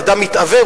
אדם מתעוור,